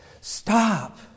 Stop